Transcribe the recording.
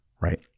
right